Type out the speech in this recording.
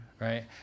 Right